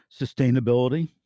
sustainability